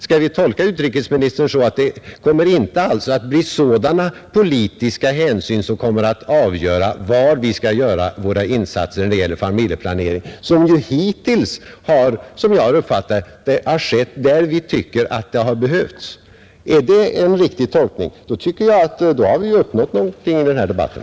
Skall vi tolka utrikesministern så, att sådana politiska hänsyn inte kommer att få avgöra var vi skall göra våra insatser när det gäller familjeplaneringen? Den har ju hittills — såsom jag har uppfattat den — bedrivits där vi tycker att den har behövts. Är detta en riktig tolkning, då tycker jag att vi har uppnått någonting med den här debatten.